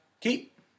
keep